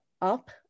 up